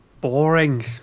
boring